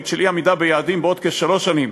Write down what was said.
של אי-עמידה ביעדים בעוד כשלוש שנים